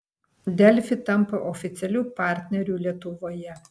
delfi tampa oficialiu partneriu lietuvoje